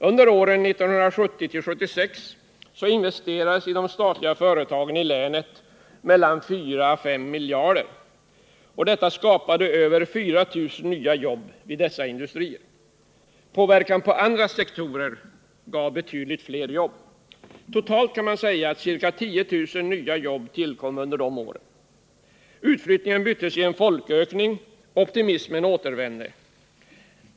Under åren 1970-1976 investerades i de statliga företagen i länet fyra fem miljarder kronor, och detta skapade över 4 000 nya jobb vid dessa industrier. Påverkan på andra sektorer av näringslivet gav betydligt fler jobb. Totalt kan man säga att ca 10 000 nya jobb tillkom under dessa år. Utflyttningen byttes i en folkökning, och optimismen återvände.